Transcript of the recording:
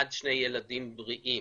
עד שני ילדים בריאים,